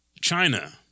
China